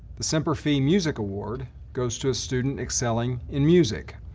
the semper fi music award goes to a student excelling in music.